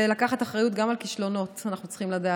ולקחת אחריות גם על כישלונות אנחנו צריכים לדעת,